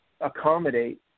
accommodate